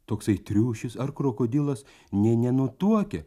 toksai triušis ar krokodilas nė nenutuokia